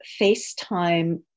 FaceTime